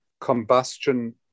combustion